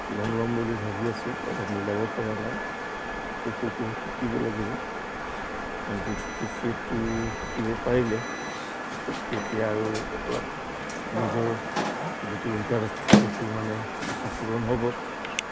ল'ম ল'ম বুলি ভাবি আছোঁ অলপ মিলাব পৰা নাই কেচিঅ'টো শিকিব লাগিব কিন্তু কেচিঅ'টো শিকিব পাৰিলে তেতিয়া আৰু অলপ নিজৰ যিটো ইণ্টাৰেষ্ট সেইটো মানে আশা পূৰণ হ'ব